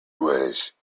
was